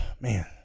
man